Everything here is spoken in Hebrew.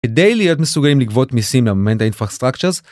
כדי להיות מסוגלים לגבות מיסים לממן את האינפרסטרקצ'רס